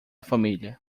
família